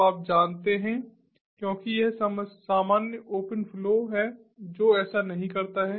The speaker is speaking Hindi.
तो आप जानते हैं क्योंकि यह सामान्य ओपन फ्लो है जो ऐसा नहीं करता है